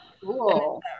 Cool